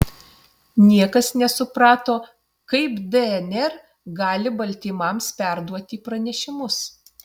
niekas nesuprato kaip dnr gali baltymams perduoti pranešimus